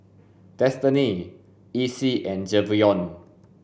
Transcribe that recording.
Destiney Essie and Javion